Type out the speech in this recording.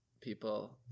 people